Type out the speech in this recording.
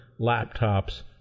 laptops